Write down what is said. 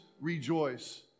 rejoice